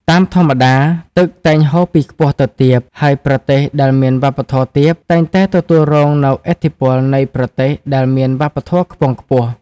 តាមធម្មតា ទឹកតែងហូរពីខ្ពស់ទៅទាប ហើយប្រទេសដែលមានវប្បធម៌ទាបតែងតែទទួលរងនូវឥទ្ធិពលនៃប្រទេសដែលមានវប្បធម៌ខ្ពង់ខ្ពស់។